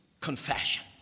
confession